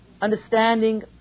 understanding